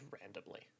randomly